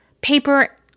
paper